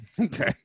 Okay